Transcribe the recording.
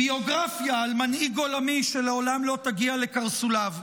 ביוגרפיה על מנהיג עולמי שלעולם לא תגיע לקרסוליו.